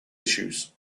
issues